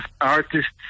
artists